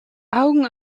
augen